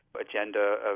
agenda